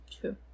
True